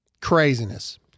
Craziness